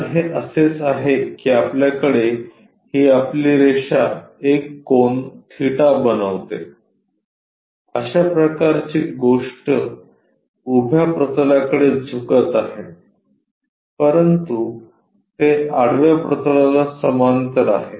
तर हे असेच आहे की आपल्याकडे ही आपली रेषा एक कोन थीटा बनविते अशा प्रकारची गोष्टी उभ्या प्रतलाकडे झुकत आहे परंतु ते आडव्या प्रतलाला समांतर आहे